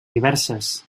diverses